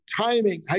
timing